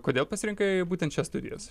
kodėl pasirinkai būtent šias studijas